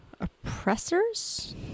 oppressors